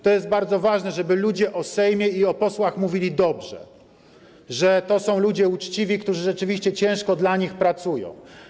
To jest bardzo ważne, żeby ludzie o Sejmie i o posłach mówili dobrze, że to są ludzie uczciwi, którzy rzeczywiście ciężko dla nich pracują.